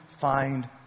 find